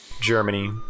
Germany